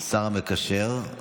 השר המקשר,